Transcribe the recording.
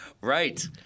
Right